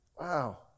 Wow